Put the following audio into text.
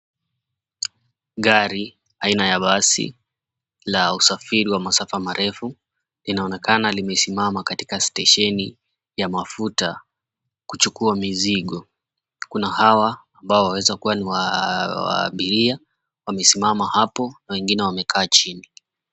Gari, aina ya basi ya usafiri wa masafa marefu, inaonekana limesimama katika stesheni ya mafuta kuchukua mizigo. Kuna hawa ambao wanaweza kuwa ni wa waabiria, wamesimama hapo na wengine wamekaa chini.